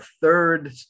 third